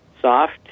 soft